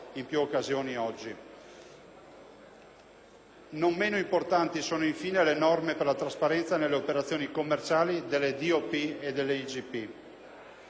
Non meno importanti sono le norme per la trasparenza nelle operazioni commerciali delle DOP e delle IGP.